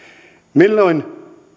milloin